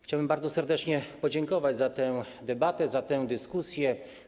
Chciałbym bardzo serdecznie podziękować za tę debatę, za tę dyskusję.